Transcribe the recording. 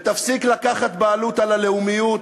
תפסיק לקחת בעלות על הלאומיות,